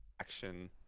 action